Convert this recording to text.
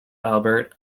albert